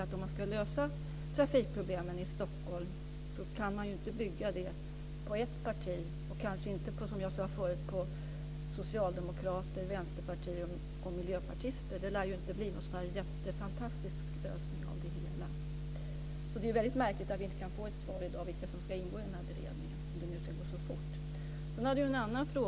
Om man ska lösa trafikproblemen i Stockholm kan man ju inte bygga det på ett enda parti och kanske inte heller, som jag sade förut, på socialdemokrater, vänsterpartister och miljöpartister. Då lär det ju inte bli någon jättefantastisk lösning av det hela. Det är väldigt märkligt att vi inte i dag kan få ett svar på vilka som ska ingå i den här beredningen om det nu ska gå så fort. Sedan var det ju en annan fråga.